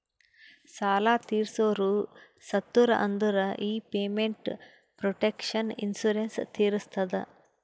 ಸಾಲಾ ತೀರ್ಸೋರು ಸತ್ತುರ್ ಅಂದುರ್ ಈ ಪೇಮೆಂಟ್ ಪ್ರೊಟೆಕ್ಷನ್ ಇನ್ಸೂರೆನ್ಸ್ ತೀರಸ್ತದ